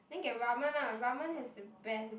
then get ramen lah ramen has the best